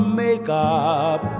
makeup